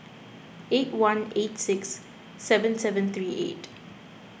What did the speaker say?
eight one eight six seven seven three eight